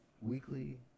Weekly